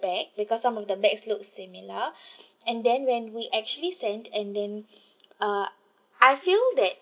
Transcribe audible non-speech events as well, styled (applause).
bag because some of the bags looks similar (breath) and then when we actually sent and then (breath) uh I feel that